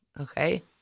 okay